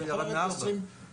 זה יכול לרדת ב-20%.